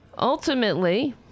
Ultimately